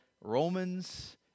Romans